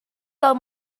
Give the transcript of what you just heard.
del